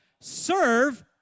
serve